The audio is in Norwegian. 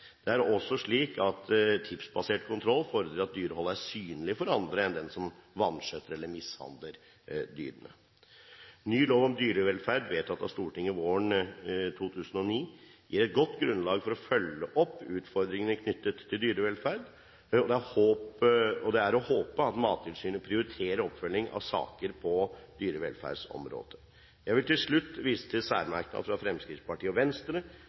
Det er også slik at tipsbasert kontroll fordrer at dyreholdet er synlig for andre enn den som vanskjøtter eller mishandler dyrene. Ny lov om dyrevelferd, vedtatt av Stortinget våren 2009, gir et godt grunnlag for å følge opp utfordringene knyttet til dyrevelferd. Det er å håpe at Mattilsynet prioriterer oppfølging av saker på dyrevelferdsområdet. Jeg vil til slutt vise til særmerknad fra Fremskrittspartiet og Venstre